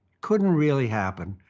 couldn't really happen.